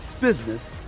business